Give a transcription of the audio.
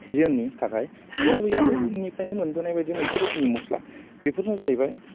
जोंनि थाखाय बे आबै आबौनिफ्रायनो मोनबोनाय बायदि मोनसे रोखोमनि मस्ला बेफोरनो जाहैबाय